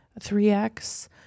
3x